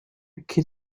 kid